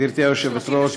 גברתי היושבת-ראש,